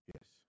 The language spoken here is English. Yes